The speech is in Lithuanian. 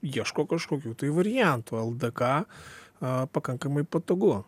ieško kažkokių tai variantų ldk pakankamai patogu